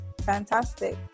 Fantastic